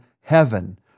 heaven